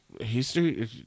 history